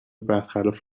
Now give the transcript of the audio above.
برخلاف